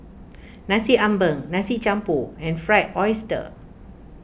Nasi Ambeng Nasi Campur and Fried Oyster